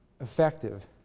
effective